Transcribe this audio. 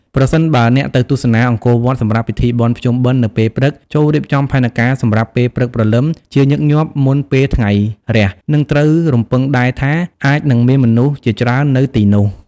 ប្រសិនបើអ្នកទៅទស្សនាអង្គរវត្តសម្រាប់ពិធីបុណ្យភ្ជុំបិណ្ឌនៅពេលព្រឹក ចូររៀបចំផែនការសម្រាប់ពេលព្រឹកព្រលឹម (ជាញឹកញាប់មុនពេលថ្ងៃរះ) និងត្រូវរំពឹងដែរថាអាចនឹងមានមនុស្សជាច្រើននៅទីនោះ។